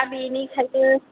दा बिनिखायनो